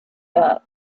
that